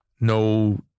no